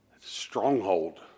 stronghold